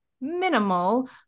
minimal